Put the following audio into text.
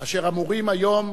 אשר אמורים היום,